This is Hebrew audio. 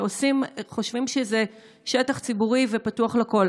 חושבים שזה שטח ציבורי ופתוח לכול.